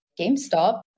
GameStop